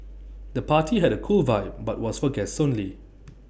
the party had A cool vibe but was for guests only